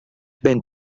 benn